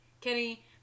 Kenny